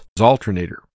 alternator